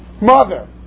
mother